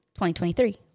2023